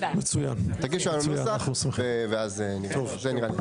תגישו לנו נוסח ואז נראה.